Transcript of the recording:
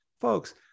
folks